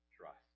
trust